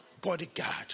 Bodyguard